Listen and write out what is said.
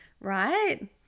right